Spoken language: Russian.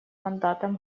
мандатом